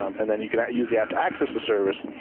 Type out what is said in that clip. um and then you can use the app to access the service.